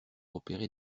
opérer